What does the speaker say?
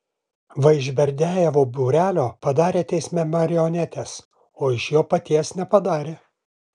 va iš berdiajevo būrelio padarė teisme marionetes o iš jo paties nepadarė